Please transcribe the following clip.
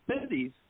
cities